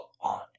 on